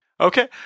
Okay